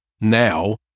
now